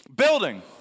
building